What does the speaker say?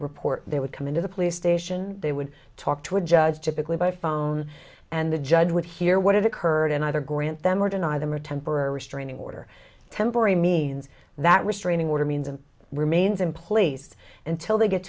report they would come into the police station they would talk to a judge typically by phone and the judge would hear what had occurred and either grant them or deny them a temporary restraining order temporary means that restraining order means and remains in place until they get